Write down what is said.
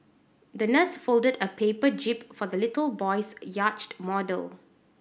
the nurse folded a paper jib for the little boy's yacht model